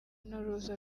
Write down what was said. n’uruza